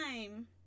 time